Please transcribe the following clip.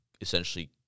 essentially